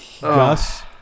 Gus